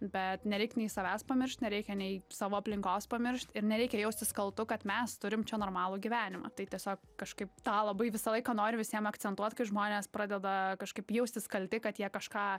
bet nereik nei savęs pamiršt nereikia nei savo aplinkos pamiršt ir nereikia jaustis kaltu kad mes turim čia normalų gyvenimą tai tiesiog kažkaip tą labai visą laiką noriu visiem akcentuot kai žmonės pradeda kažkaip jaustis kalti kad jie kažką